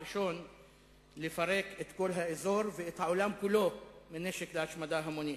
ראשון לפרק את כל האזור ואת העולם כולו מנשק להשמדה המונית.